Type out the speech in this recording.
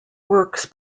works